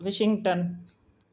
Washington